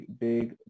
big